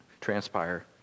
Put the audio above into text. transpire